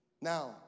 Now